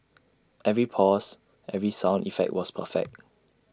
every pause every sound effect was perfect